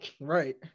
Right